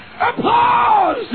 Applause